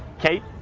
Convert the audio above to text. kate.